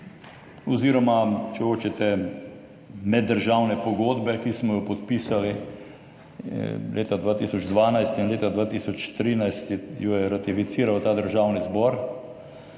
oziroma, če hočete, meddržavne pogodbe, ki smo jo podpisali leta 2012 in leta 2013 jo je ratificiral Državni zbor.